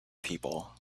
people